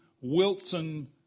Wilson